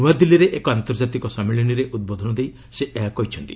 ନୂଆଦିଲ୍ଲୀରେ ଏକ ଆନ୍ତର୍ଜାତିକ ସମ୍ମିଳନୀରେ ଉଦ୍ବୋଧନ ଦେଇ ସେ ଏହା କହିଛନ୍ତି